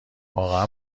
واقعا